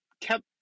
kept